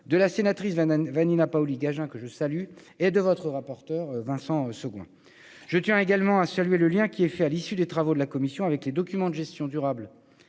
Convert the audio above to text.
de la sénatrice Vanina Paoli-Gagin et du rapporteur Vincent Segouin. Je tiens également à souligner le lien qui est fait, à l'issue des travaux de la commission, avec les documents de gestion durable